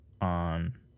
on